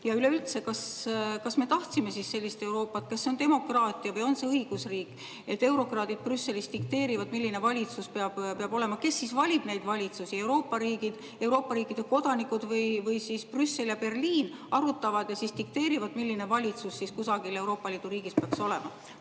Ja üleüldse, kas me tahtsime siis sellist Euroopat? Kas see on demokraatia või on see õigusriik, et eurokraadid Brüsselist dikteerivad, milline valitsus peab olema? Kes valib neid valitsusi, Euroopa riigid, Euroopa riikide kodanikud või Brüssel ja Berliin arutavad ja dikteerivad, milline valitsus kusagil Euroopa Liidu riigis peaks olema?